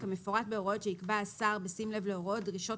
כמפורט בהוראות שיקבע השר בשים לב להוראות דרישות